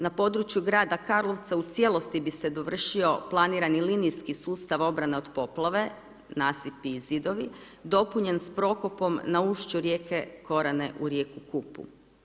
Na području grada Karlovca u cijelosti bi se dovršio planirani linijski sustav obrana od poplave, nasipi i zidovi, dopunjen s prokopom na ušću rijeke Korane u rijeku Kupu.